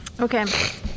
okay